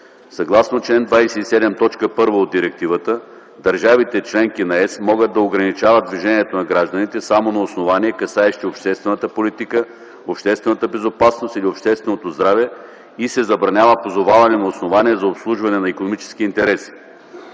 Съгласно чл. 27, т. 1 от Директивата, държавите-членки на ЕС могат да ограничават движението на гражданите само на основания, касаещи обществената политика, обществената безопасност или общественото здраве и се забранява позоваване на основания за обслужване на икономически интереси.